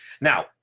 Now